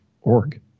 org